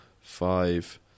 five